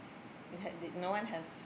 it had the no one has